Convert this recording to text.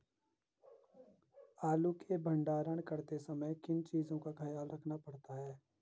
आलू के भंडारण करते समय किन किन चीज़ों का ख्याल रखना पड़ता है?